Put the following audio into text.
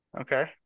Okay